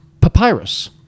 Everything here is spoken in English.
papyrus